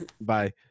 bye